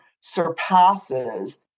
surpasses